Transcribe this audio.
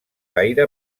gaire